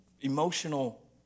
emotional